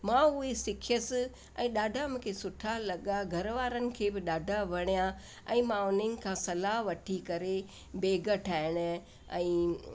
मां उहे सिखियस ऐं ॾाढा मूंखे सुठा लॻा घर वारनि खे ब ॾाढा वणिया ऐं मां उन्हनि खां सलाह वठी करे बैग ठाहिण ऐं